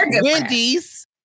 Wendy's